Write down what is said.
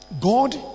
god